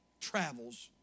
travels